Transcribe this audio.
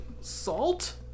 salt